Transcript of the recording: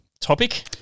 topic